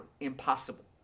impossible